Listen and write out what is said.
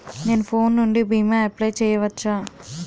నేను ఫోన్ నుండి భీమా అప్లయ్ చేయవచ్చా?